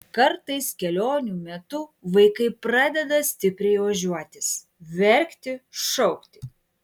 kartais kelionių metu vaikai pradeda stipriai ožiuotis verkti šaukti